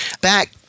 back